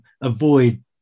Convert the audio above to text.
avoid